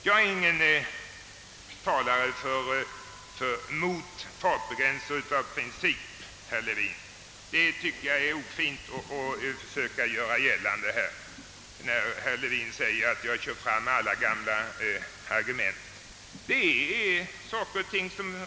| Jag talar inte mot fartbegränsning av princip, herr Levin — det tycker jag är ofint att göra gällande genom att säga att jag kör fram med alla gamla argument.